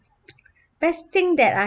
best thing that I